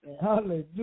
Hallelujah